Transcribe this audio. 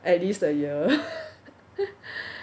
at least a year